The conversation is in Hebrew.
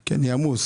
כי אני עמוס.